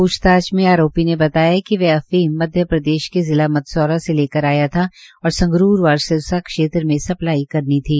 पूछताछ में आरोपी ने बताया कि वह अफीम मध्य प्रदेश के जिला मदसौरा से लेकर आया था और संगरूर व सिरसा क्षेत्र में सप्लाई करनी थी